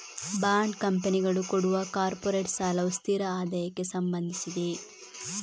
bond ಕಂಪನಿಗಳು ಕೊಡುವ corporate ಸಾಲವು ಸ್ಥಿರ ಆದಾಯಕ್ಕೆ ಸಂಬಂಧಿಸಿದೆ